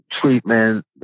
treatment